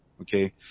Okay